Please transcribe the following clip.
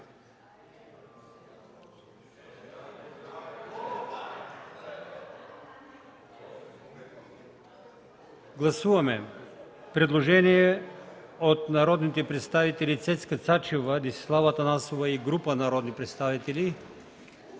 гласуване предложението от народните представители Цецка Цачева, Десислава Атанасова и група народни представители,